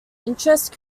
interest